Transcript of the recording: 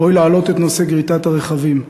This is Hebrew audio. ראוי להעלות את נושא גריטת הרכבים.